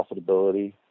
profitability